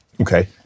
Okay